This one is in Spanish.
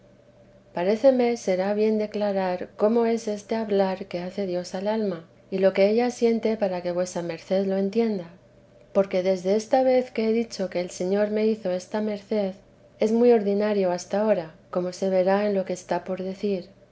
paréceme será bien declarar cómo es este hablar que hace dios al alma y lo que ella siente para que vuesa merced lo entienda porque desde esta vez que he dicho que el señor me hizo esta merced es muy ordinario hasta ahora como se verá en lo que está por decir